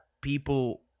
people